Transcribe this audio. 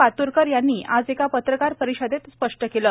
पात्रकर यांनी आज एका पत्रकार परिषदेत स्पष्ट केलं